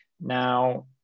Now